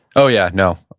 oh yeah, no.